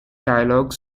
dialog